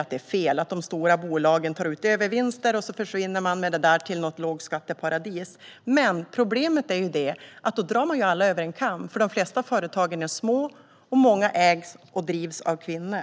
att det är fel att de stora bolagen tar ut övervinster och försvinner med pengarna till ett lågskatteparadis. Men problemet är att man då drar alla över en kam. De flesta företagen är små, och många ägs och drivs av kvinnor.